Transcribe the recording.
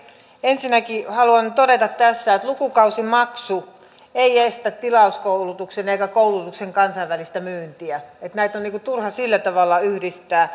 ensinnäkin haluan todeta tässä että lukukausimaksu ei estä tilauskoulutusta eikä koulutuksen kansainvälistä myyntiä että näitä on turha sillä tavalla yhdistää